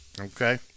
okay